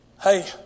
Hey